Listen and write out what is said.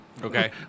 Okay